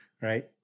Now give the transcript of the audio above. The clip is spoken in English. right